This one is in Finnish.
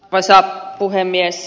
arvoisa puhemies